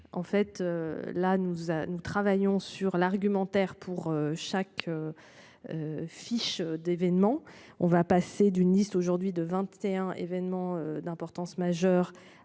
En fait là nous a, nous travaillons sur l'argument. Ailleurs pour chaque. Fiche d'événements. On va passer d'une liste aujourd'hui de 21 événements d'importance majeure